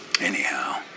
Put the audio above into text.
Anyhow